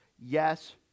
yes